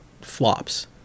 flops